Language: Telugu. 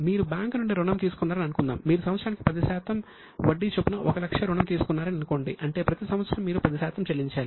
మీరు బ్యాంకు నుండి రుణం తీసుకున్నారని అనుకుందాం మీరు సంవత్సరానికి 10 శాతం వడ్డీ చొప్పున 1 లక్ష రుణం తీసుకున్నారని అనుకోండి అంటే ప్రతి సంవత్సరం మీరు 10 శాతం చెల్లించాలి